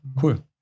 Cool